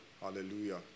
Hallelujah